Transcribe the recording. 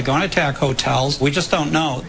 they going to attack hotels we just don't know